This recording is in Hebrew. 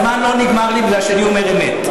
הזמן לא נגמר לי מפני שאני אומר אמת.